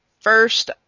First